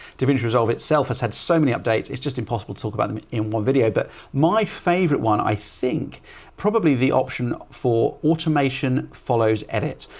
davinci resolve itself has had so many updates. it's just impossible to talk about them in one video. but my favorite one i think probably the option for automation follows edits.